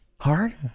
Hard